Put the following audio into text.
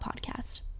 Podcast